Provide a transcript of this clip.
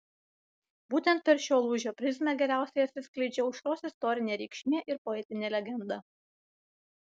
būtent per šio lūžio prizmę geriausiai atsiskleidžia aušros istorinė reikšmė ir poetinė legenda